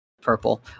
purple